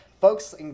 folks